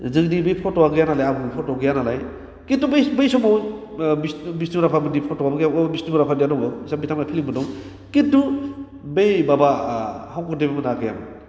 जोंनि बे फट'वा गैया नालाय आबौनि फट'वा गैया नालाय खिनथु बै बै समाव बो बिष्णु बिष्णु राभामोननि फट'वानो गैयामोन बिष्णु राभानिया दङ बिस्रा बिथांमोना खिनथु बै माबा शंकरदेब मोना गैयामोन